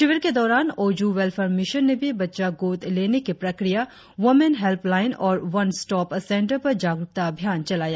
शिविर के दौरान औजू वेल्फेयर मिशन ने भी बच्चा गोद लेने की प्रक्रिया वोमेन हेल्पलाईन और वन स्टोप सेन्टर पर जागरकता अभियान चलाया